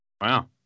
wow